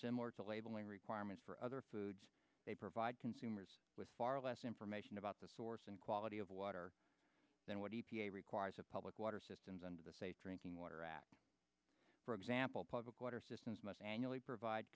similar to labeling requirements for other foods they provide consumers with far less information about the source and quality of water than what d p a requires of public water systems and the safe drinking water act for example public water systems must annually provide